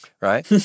Right